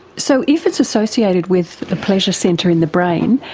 so if it's associated with the pleasure centre in the brain,